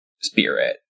spirit